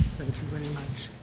very much.